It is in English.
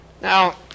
Now